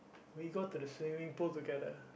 we go to the swimming pool together